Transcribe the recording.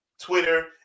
Twitter